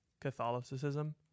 Catholicism